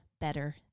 better